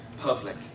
public